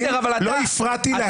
לא הפרעתי להם.